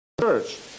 church